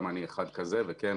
גם אני אחד כזה וכן,